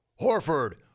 Horford